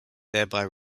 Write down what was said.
thereby